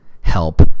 help